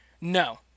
No